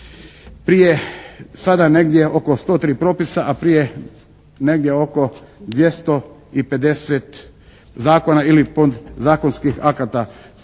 Prije sada negdje oko 103 propisa, a prije negdje oko 250 zakona ili podzakonskih akata.